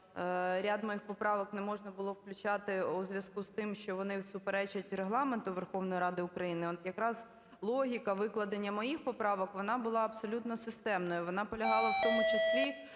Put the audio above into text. ряд моїх поправок не можна було включати у зв'язку з тим, що вони суперечать Регламенту Верховної Ради України. От якраз логіка викладення моїх поправок, вона була абсолютно системною. Вона полягала в тому числі